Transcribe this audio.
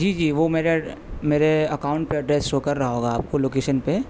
جی جی وہ میرے اکاؤنٹ پہ ایڈریس شو کر رہا ہوگا آپ کو لوکیشن پہ